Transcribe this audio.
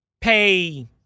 pay